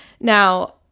Now